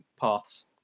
paths